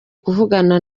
kuvugana